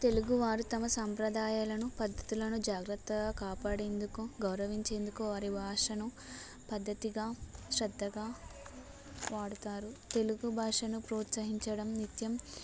తెలుగు వారు తమ సంప్రదాయాలను పద్ధతులను జాగ్రత్తగా కాపాడేందుకు గౌరవించేందుకు వారి భాషను పద్ధతిగా శ్రద్ధగా వాడుతారు తెలుగు భాషను ప్రోత్సహించడం నిత్యం